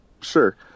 sure